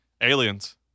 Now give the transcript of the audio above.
Aliens